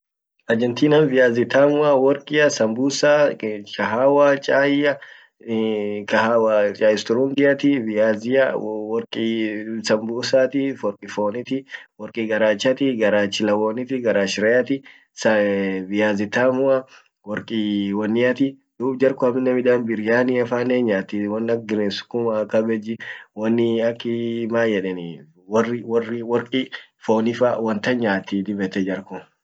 Argentinan viazi tamua, worqia, sambusa chaia, kahawa chai sturungiati, viazia worqi, sambusaati, fooni, worqi garachati, garach loona ti, garach reati, viazi tamua, worqi wonniati, duub jar kan aminnenmidaan biriania fannen hinyaatii won ak sukumaa kabejji, wonni akki maedeni worqi fooni fanyaati dib ette jar kun